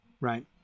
right